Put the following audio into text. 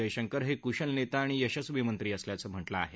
जयशंकर हे कुशल नेता आणि यशस्वी मंत्री असल्याचं म्हटलं आहे